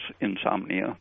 insomnia